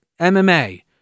MMA